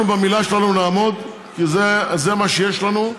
אנחנו במילה שלנו נעמוד, כי זה מה שיש לנו,